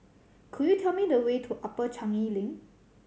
could you tell me the way to Upper Changi Link